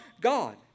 God